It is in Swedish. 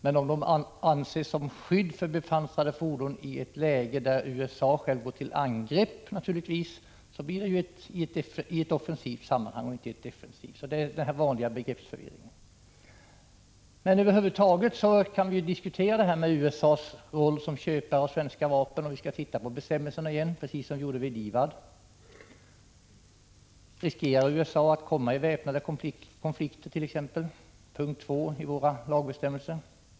Men om de används som skydd mot bepansrade och beväpnade fordon i ett läge där USA går till angrepp, blir det ju i ett offensivt sammanhang. Här råder alltså den vanliga begreppsförvirringen. Över huvud taget kan vi diskutera USA:s roll som köpare av svenska vapen. Vi kan ju titta på bestämmelserna igen, precis som vi gjorde i fallet DIVAD. Riskerar USA att komma i väpnade konflikter, punkt 2 i våra lagbestämmelser?